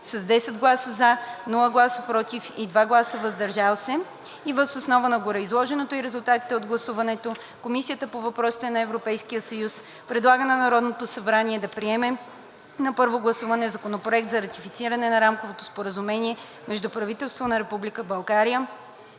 10 гласа „за“, без „против“ и 2 гласа „въздържал се“. Въз основа на гореизложеното и резултатите от гласуването Комисията по въпросите на Европейския съюз предлага на Народното събрание да приеме на първо гласуване Законопроект за ратифициране на Рамковото споразумение между правителството на Република